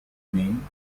min